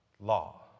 Law